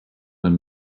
and